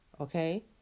okay